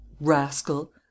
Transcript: rascal